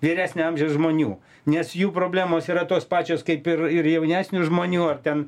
vyresnio amžiaus žmonių nes jų problemos yra tos pačios kaip ir ir jaunesnių žmonių ar ten